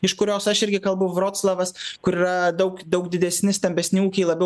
iš kurios aš irgi kalbu vroclavas kur yra daug daug didesni stambesni ūkiai labiau